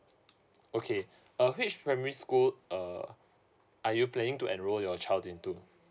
okay uh which primary school uh are you playing to enroll your child into